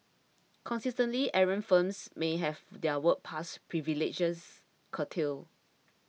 consistently errant firms may have their work pass privileges curtailed